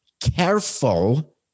Careful